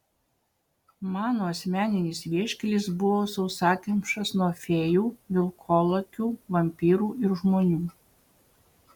mano asmeninis vieškelis buvo sausakimšas nuo fėjų vilkolakių vampyrų ir žmonių